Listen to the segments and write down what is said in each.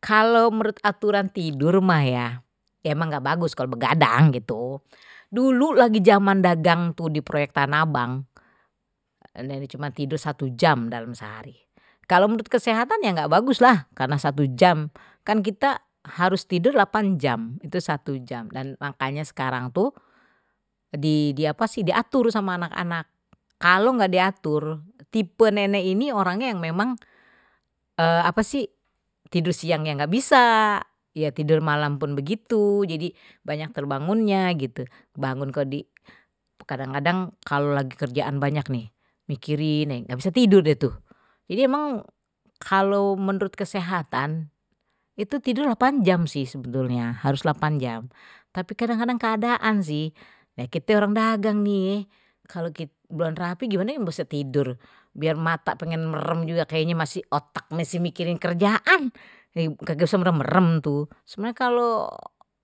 Kalo menurut aturan tidur mah ya emang nggak bagus kalo begadang gitu, dulu lagi zaman dagang tuh di proyek tanah abang cuma tidur satu jam dalam sehari kalau menurut kesehatan ya nggak bagus lah karena satu jam kan kita harus tidur delapan jam itu satu jam dan makanya sekarang tuh di apa sih diatur sama anak-anak kalau enggak diatur tipe nenek ini orangnya yang memang apa sih tidur siangnya enggak bisa ya tidur malamnya pun begitu jadi banyak terbangunnya gitu bangun kok di kadang-kadang kalau lagi kerjaan banyak nih mikirin nih enggak bisa tidur deh tuh jadi emang kalau menurut kesehatan itu tidurlah panjang sih sebetulnya harus delapan jam tapi kadang-kadang keadaan sih kayak gitu orang dagang nih kalau belon rapi gimana ya enggak usah tidur biar mata pengin merem juga kayaknya masih otak masih mikirin kerjaan nih kagak usah merem merem tuh sebenarnye kalau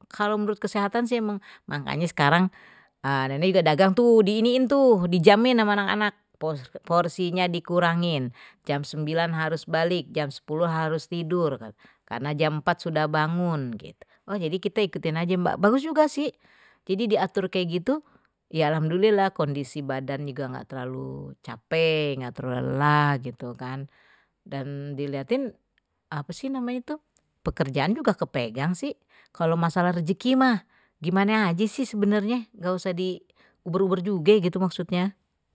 kalau menurut kesehatan sih emang makanye sekarang nenek juga dagang tuh di iniin tuh dijamin ama anak-anak bos porsinya dikurangin jam sembilan harus balik jam sepuluh harus tidur kan karena jam empat sudah bangun gitu oh jadi kita ikutin aja mbak bagus juga sih jadi diatur kayak gitu ye alhamdulillah kondisi badan juga enggak terlalu capek enggak terlalu lelah gitu kan dan dilihatin apa sih namanya itu pekerjaan juga kepegang sih kalau masalah rezeki mah gimane aje sih sebenarnye enggak usah di uber-uber juge gitu maksudnya